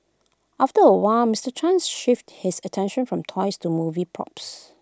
after A while Mister Chen shifted his attention from toys to movie props